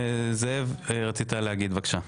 זאב, רצית להגיד, בבקשה.